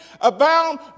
abound